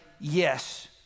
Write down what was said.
yes